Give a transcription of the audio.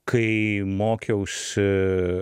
kai mokiausi